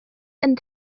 and